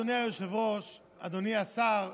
אדוני היושב-ראש, אדוני השר,